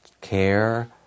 care